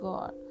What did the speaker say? God